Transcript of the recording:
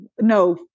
no